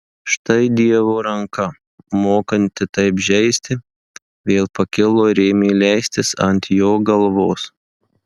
štai dievo ranka mokanti taip žeisti vėl pakilo ir ėmė leistis ant jo galvos